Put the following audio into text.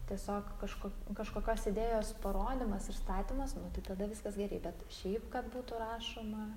tiesiog kažkok kažkokios idėjos parodymas ir statymas nu tai tada viskas geriai bet šiaip kad būtų rašoma